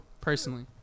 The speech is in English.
personally